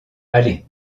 allez